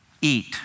Eat